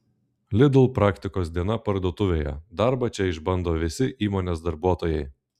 lidl praktikos diena parduotuvėje darbą čia išbando visi įmonės darbuotojai